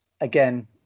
again